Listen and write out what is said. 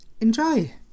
Enjoy